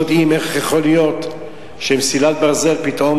לא יודעים איך יכול להיות שמסילת ברזל פתאום